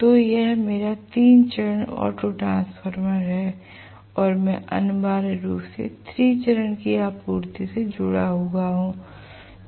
तो यह मेरा 3 चरण ऑटोट्रांसफॉर्मर है और मैं अनिवार्य रूप से 3 चरण की आपूर्ति से जुड़ा हुआ हूं